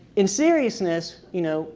in seriousness, you know